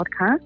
podcast